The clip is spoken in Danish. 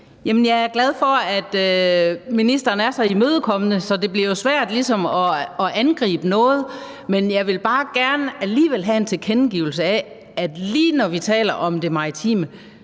Jeg er glad for, at ministeren er så imødekommende, at det ligesom bliver svært at angribe noget; men jeg vil bare gerne alligevel have en tilkendegivelse af, at lige når vi taler om det maritime,